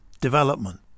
Development